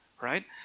right